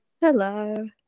Hello